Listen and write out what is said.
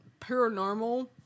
paranormal